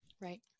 right